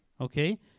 okay